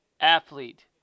athlete